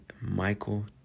Michael